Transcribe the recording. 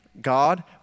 God